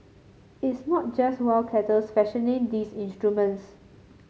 it's not just wildcatters fashioning these instruments